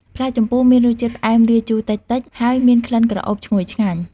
ផ្លែជម្ពូមានរសជាតិផ្អែមលាយជូរតិចៗ ហើយមានក្លិនក្រអូបឈ្ងុយឆ្ងាញ់។